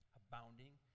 abounding